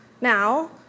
Now